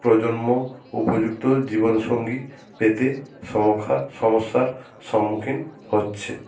প্রজন্ম উপযুক্ত জীবন সঙ্গী পেতে সমস্যার সম্মুখীন হচ্ছে